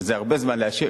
שזה הרבה זמן להשיב,